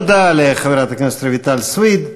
תודה לחברת הכנסת רויטל סויד.